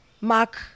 mark